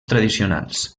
tradicionals